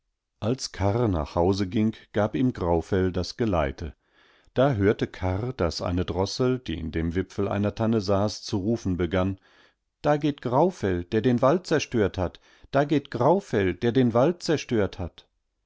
als prahlerei sagte karr nattern tun immer so als wennsieklügersindalsanderetiere alskarrnachhauseging gabihmgraufelldasgeleite dahörtekarr daß eine drossel die in dem wipfel einer tanne saß zu rufen begann da geht graufell der den wald zerstört hat da geht graufell der den wald zerstört hat